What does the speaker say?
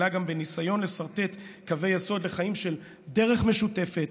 אלא גם בניסיון לסרטט קווי יסוד לחיים של דרך משותפת